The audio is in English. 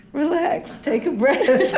relax, take a breath